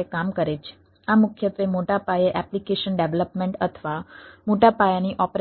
કોણ કરશે વગેરે